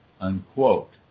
Unquote